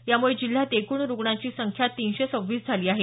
यामुळे जिल्ह्यात एकूण रुग्णांची संख्या तीनशे सव्वीस झाली आहे